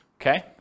okay